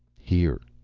here.